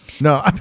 No